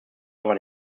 aber